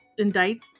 indicts